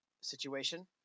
situation